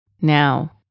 Now